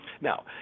Now